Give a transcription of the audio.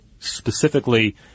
specifically